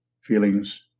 feelings